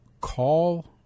call